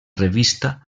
revista